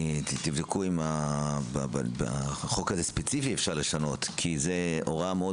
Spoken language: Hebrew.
תבדקו אם בחוק הזה ספציפי אפשר לשנות כי זו הוראה מאוד